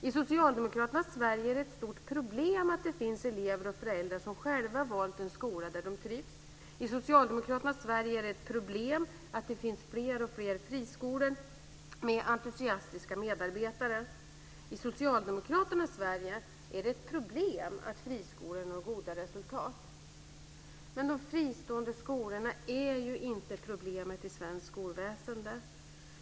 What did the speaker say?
I socialdemokraternas Sverige är det ett stort problem att det finns elever och föräldrar som själva valt en skola där de trivs. I socialdemokraternas Sverige är det ett problem att det finns fler och fler friskolor med entusiastiska medarbetare. I socialdemokraternas Sverige är det ett problem att friskolor når goda resultat. Men de fristående skolorna är ju inte problemet i svenskt skolväsende.